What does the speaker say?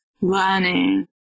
learning